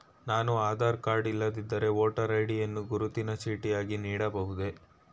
ನಾನು ಆಧಾರ ಕಾರ್ಡ್ ಇಲ್ಲದಿದ್ದರೆ voter ID ಯನ್ನು ಗುರುತಿನ ಚೀಟಿಯಾಗಿ ನೀಡಬಹುದೇ?